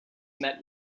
met